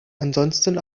ansonsten